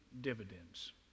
dividends